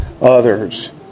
others